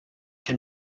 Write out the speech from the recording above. can